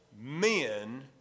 Men